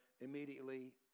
immediately